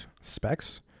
specs